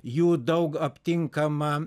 jų daug aptinkama